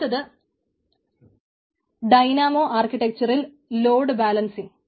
അടുത്തത് ടൈനാമോ ആർക്കിടെക്ച്ചറിൽ load balancing